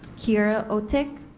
kiera ohtake,